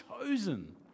chosen